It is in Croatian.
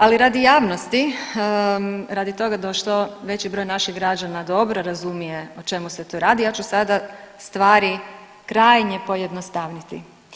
Ali radi javnosti, radi toga da što veći broj naših građana dobro razumije o čemu se tu radi ja ću sada stvari krajnje pojednostaviti.